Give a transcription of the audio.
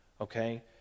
okay